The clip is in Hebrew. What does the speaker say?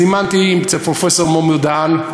הזמנתי אצל פרופסור מומי דהן,